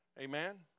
Amen